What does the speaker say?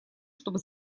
чтобы